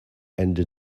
ende